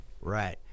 Right